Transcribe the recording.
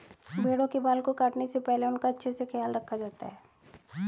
भेड़ों के बाल को काटने से पहले उनका अच्छे से ख्याल रखा जाता है